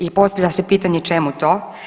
I postavlja se pitanje čemu to?